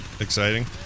Exciting